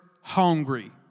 hungry